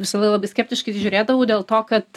visada labai skeptiškai žiūrėdavau dėl to kad